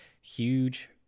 huge